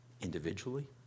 individually